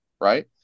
Right